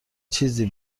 چیزی